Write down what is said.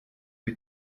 que